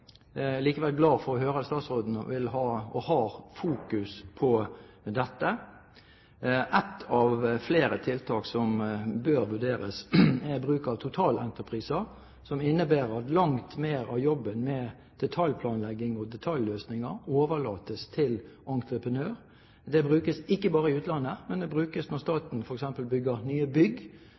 likevel glad for å høre at statsråden har og vil ha fokus på dette. Ett av flere tiltak som bør vurderes, er bruk av totalentrepriser, som innebærer at langt mer av jobben med detaljplanlegging og detaljløsninger overlates til entreprenør. Det brukes ikke bare i utlandet. Det brukes når staten bygger f.eks. nye bygg,